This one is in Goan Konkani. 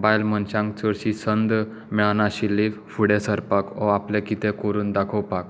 बायल मनशांक चडशी संद मेळनाशिल्ली फुडें सरपाक ओ आपली कितें करून दाखोवपाक